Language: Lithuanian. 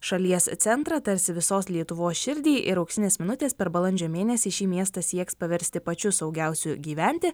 šalies centrą tarsi visos lietuvos širdį ir auksinės minutės per balandžio mėnesį šį miestą sieks paversti pačiu saugiausiu gyventi